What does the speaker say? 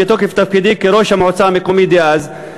מתוקף תפקידי כראש המועצה המקומית דאז,